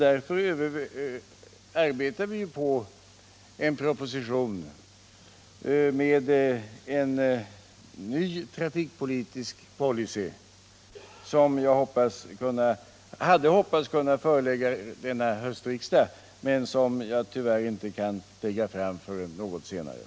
Därför arbetar vi på en proposition med en ny trafikpolitisk policy, som jag hade hoppats att kunna förelägga riksdagen i höst men som Nr 7 jag tyvärr inte kan lägga fram förrän något senare.